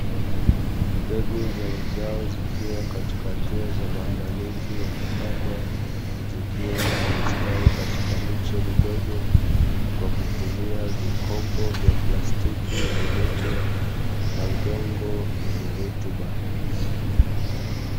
Mbegu za mazao zikiwa katika hatua za maandalizi ya kupandwa zikiwa zimestawi katika miche midogo kwa kutumia vikopo vya plastiki vilivyo na udongo wenye rutuba.